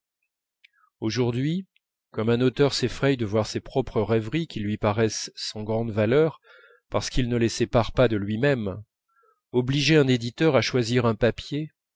aujourd'hui comme un auteur s'effraye de voir ses propres rêveries qui lui paraissent sans grande valeur parce qu'il ne les sépare pas de lui-même obliger un éditeur à choisir un papier